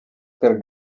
per